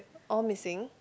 all missing